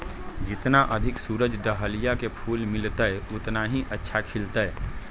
जितना अधिक सूरज डाहलिया के फूल मिलतय, उतना ही अच्छा खिलतय